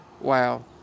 wow